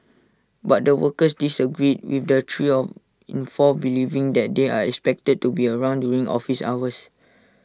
but the workers disagreed with the three of in four believing that they are expected to be around during office hours